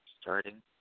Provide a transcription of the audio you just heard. starting